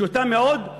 פשוטה מאוד,